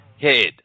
head